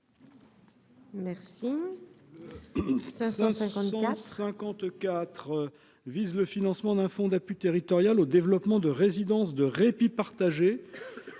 Merci.